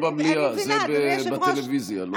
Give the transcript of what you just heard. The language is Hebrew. זה לא במליאה, זה בטלוויזיה, לא כאן.